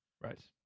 Right